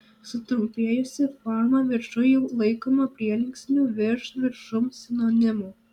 sutrumpėjusi forma viršuj jau laikoma prielinksnių virš viršum sinonimu